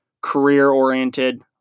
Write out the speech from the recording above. career-oriented